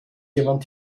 jemand